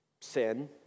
sin